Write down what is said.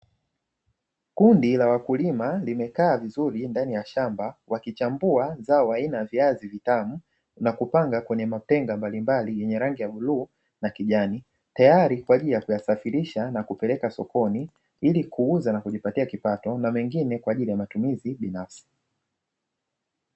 Kundi la wakulima limekaa vizuri ndani ya shamba, wakichambua zao aina ya viazi vitamu na kupanga kwenye matenga mbalimbali yenye rangi ya bluu na kijani, tayari kwa ajili ya kuyasafirisha na kupeleka sokoni, ili kuuza na kujipatia kipato na mengine kwa ajili ya matumizi binafsi.